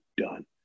done